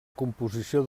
composició